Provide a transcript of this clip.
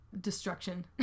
destruction